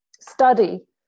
study